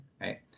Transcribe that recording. right